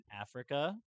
Africa